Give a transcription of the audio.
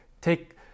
take